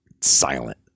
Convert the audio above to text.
silent